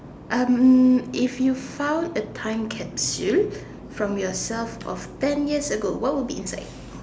um if you found a time capsule from yourself of ten years ago what would be inside